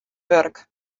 wurk